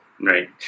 Right